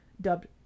dubbed